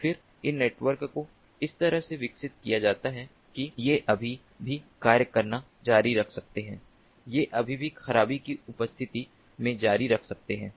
फिर इन नेटवर्क को इस तरह से विकसित किया जाता है कि वे अभी भी कार्य करना जारी रख सकते हैं वे अभी भी खराबी की उपस्थिति में जारी रख सकते हैं